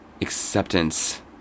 acceptance